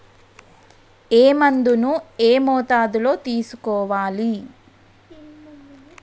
ఏ మందును ఏ మోతాదులో తీసుకోవాలి?